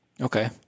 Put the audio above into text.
Okay